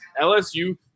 LSU